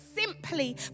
simply